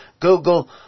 Google